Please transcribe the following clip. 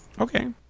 Okay